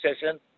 session